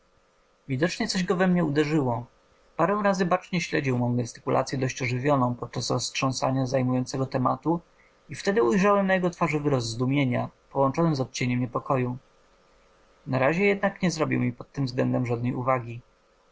widocznie coś go we mnie uderzyło parę razy bacznie śledził mą gestykulacyę dość ożywioną podczas roztrząsania zajmującego tematu i wtedy ujrzałem na jego twarzy wyraz zdumienia połączony z odcieniem niepokoju na razie jednak nie zrobił mi pod tym względem żadnej uwagi